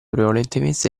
prevalentemente